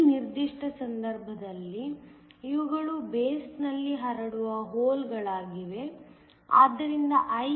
ಈ ನಿರ್ದಿಷ್ಟ ಸಂದರ್ಭದಲ್ಲಿ ಇವುಗಳು ಬೇಸ್ನಲ್ಲಿ ಹರಡುವ ಹೋಲ್ಗಳಾಗಿವೆ ಆದ್ದರಿಂದ IEo